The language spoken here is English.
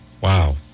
wow